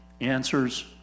answers